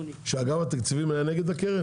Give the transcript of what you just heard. אדוני --- שאגף התקציבים היה נגד הקרן?